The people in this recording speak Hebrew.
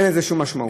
אין לזה שום משמעות.